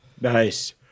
Nice